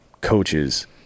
coaches